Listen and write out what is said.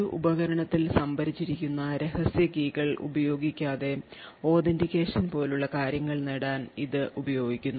ഒരു ഉപകരണത്തിൽ സംഭരിച്ചിരിക്കുന്ന രഹസ്യ കീകൾ ഉപയോഗിക്കാതെ authentication പോലുള്ള കാര്യങ്ങൾ നേടാൻ ഇത് ഉപയോഗിക്കുന്നു